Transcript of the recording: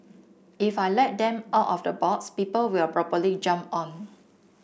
if I let them out of the box people will probably jump on